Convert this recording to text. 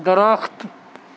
درخت